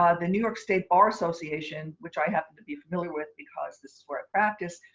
ah the new york state bar association, which i happen to be familiar with, because this is where i practice,